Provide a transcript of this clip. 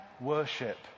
worship